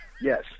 Yes